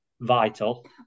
vital